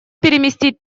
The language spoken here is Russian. переместить